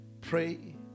pray